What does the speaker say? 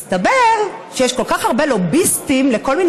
מסתבר שיש כל כך הרבה לוביסטים לכל מיני